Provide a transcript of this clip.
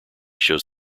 shows